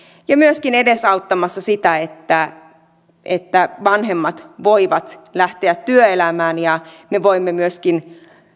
ja myöskin edesauttavan sitä että että vanhemmat voivat lähteä työelämään ja me voimme myöskin